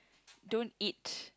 don't eat